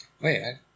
Wait